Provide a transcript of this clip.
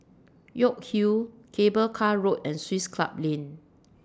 York Hill Cable Car Road and Swiss Club Lane